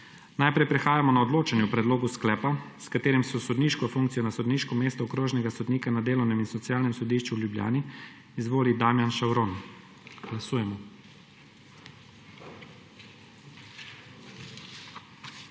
Najprej prehajamo na odločanje o predlogu sklepa, s katerim se sodniško funkcijo na sodniško mesto okrožnega sodnika na delovnem in socialnem sodišču v Ljubljani izvoli Damjan Šavron. Glasujemo.